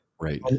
Right